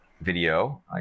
video